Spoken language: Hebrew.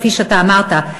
כפי שאתה אמרת,